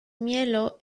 mielo